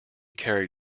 carried